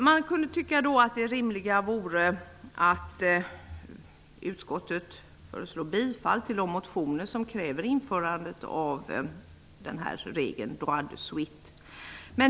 Man kunde tycka att det rimliga vore att utskottet föreslog bifall till de motioner som kräver ett införande av den här regeln, ''droit de suite''.